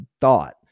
thought